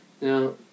Now